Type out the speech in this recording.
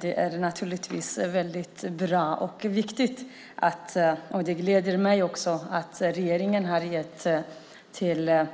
Det är naturligtvis väldigt bra och viktigt, och gläder mig också, att regeringen har gett ett